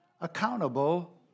accountable